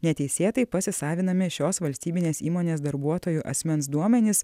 neteisėtai pasisavinami šios valstybinės įmonės darbuotojų asmens duomenys